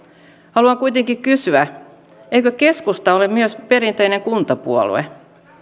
haluan kuitenkin kysyä eikö keskusta ole myös perinteinen kuntapuolue